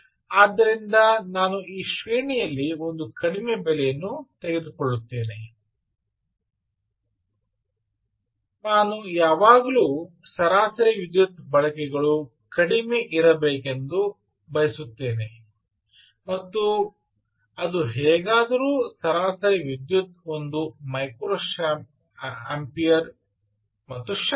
ಆದ್ದರಿಂದ ನಾನು ಈ ಶ್ರೇಣಿಯಲ್ಲಿ ಒಂದು ಕಡಿಮೆ ಬೆಲೆಯನ್ನು ತೆಗೆದುಕೊಳ್ಳುತ್ತೇನೆ ನಾನು ಯಾವಾಗಲೂ ಸರಾಸರಿ ವಿದ್ಯುತ್ ಬಳಕೆಗಳು ಕಡಿಮೆ ಇರಬೇಕೆಂದು ಬಯಸುತ್ತೇನೆ ಮತ್ತು ಅದು ಹೇಗಾದರೂ ಸರಾಸರಿ ವಿದ್ಯುತ್ ಒಂದು ಮೈಕ್ರೊಅಂಪಿಯರ್ ಮತ್ತು ಶಕ್ತಿ ಇದೆ